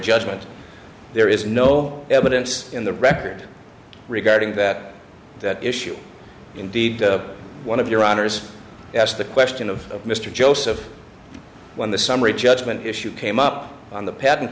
judgment there is no evidence in the record regarding that issue indeed one of your honors asked the question of mr joseph when the summary judgment issue came up on the patent